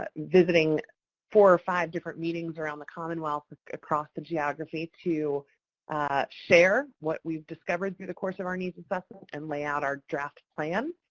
ah visiting four or five different meetings around the commonwealth across the geography to share what we've discovered over the course of our needs assessment and lay out our draft plan,